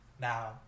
Now